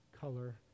color